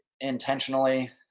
intentionally